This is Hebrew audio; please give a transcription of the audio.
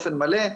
מלא?